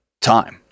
time